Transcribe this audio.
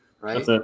right